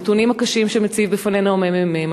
הנתונים הקשים שמציב בפנינו הממ"מ,